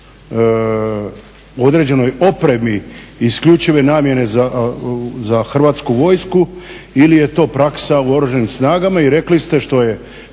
određenoj opremi isključive namjene za Hrvatsku vojsku ili je to praksa u oružanim snagama? I rekli ste, što je